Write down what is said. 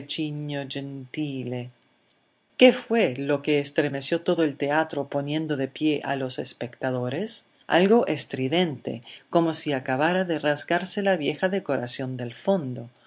qué fue lo que estremeció todo el teatro poniendo de pie a los espectadores algo estridente como si acabara de rasgarse la vieja decoración del fondo